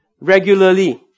regularly